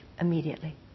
immediately